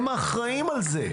הם אחראים על זה.